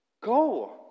Go